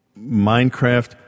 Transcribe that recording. Minecraft